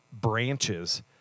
branches